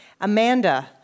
Amanda